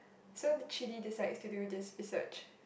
so the three D this side is to do this research